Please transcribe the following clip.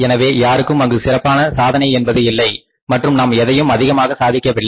எனவே யாருக்கும் அங்கு சிறப்பான சாதனை என்பது இல்லை மற்றும் நாம் எதையும் அதிகமாக சாதிக்கவில்லை